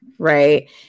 Right